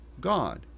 God